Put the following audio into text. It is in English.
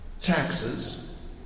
Taxes